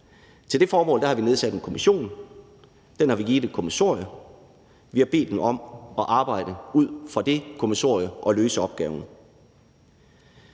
Til det formål har vi nedsat en kommission. Den har vi givet et kommissorium. Vi har bedt den om at arbejde ud fra det kommissorium og løse opgaven.